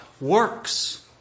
works